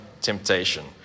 temptation